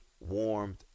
warmed